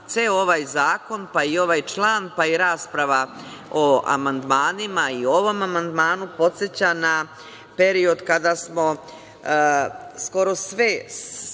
ovaj zakon, i ovaj član, i rasprava o amandmanima i ovom amandmanu podseća na period kada smo skoro sve